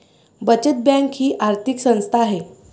बचत बँक ही आर्थिक संस्था आहे